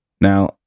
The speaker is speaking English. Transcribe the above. Now